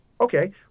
okay